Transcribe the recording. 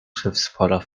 schiffspoller